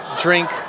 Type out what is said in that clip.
drink